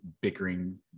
bickering